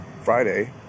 Friday